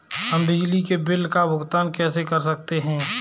हम बिजली के बिल का भुगतान कैसे कर सकते हैं?